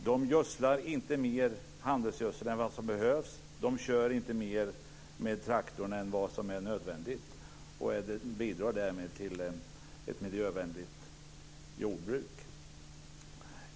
De gödslar inte med mer handelsgödsel än vad som behövs och de kör inte mer med traktorn än vad som är nödvändigt och bidrar därmed till ett miljövänligt jordbruk.